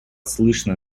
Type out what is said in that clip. слышно